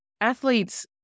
athletes